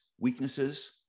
weaknesses